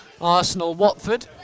Arsenal-Watford